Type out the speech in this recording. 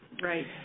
right